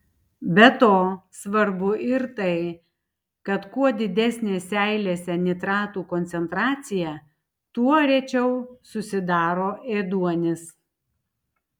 be to svarbu ir tai kad kuo didesnė seilėse nitratų koncentracija tuo rečiau susidaro ėduonis